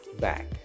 back